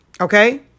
Okay